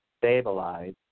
stabilize